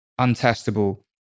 untestable